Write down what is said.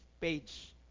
page